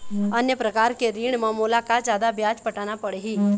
अन्य प्रकार के ऋण म मोला का जादा ब्याज पटाना पड़ही?